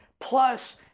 plus